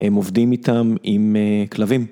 הם עובדים איתם עם כלבים.